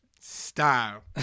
Style